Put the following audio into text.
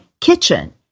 kitchen